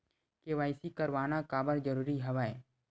KYC करवाना काबर जरूरी हवय?